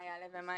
יעלה ומה